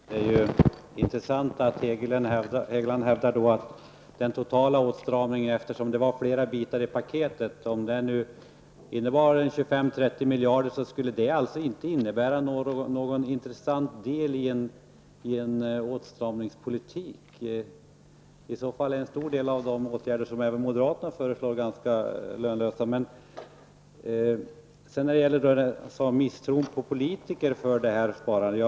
Fru talman! Det är intressant att Hegeland hävdar att även om tvångssparandet innebär en åtstramning med 25--30 miljarder -- paketet innehöll ju flera saker än tvångssparandet -- skulle det inte vara någon intressant del av en åtstramningspolitik; i så fall är även en hel del av de åtgärder som moderaterna har föreslagit ganska olönsamma. Hegeland talar om misstro mot politiker på grund av tvångssparandet.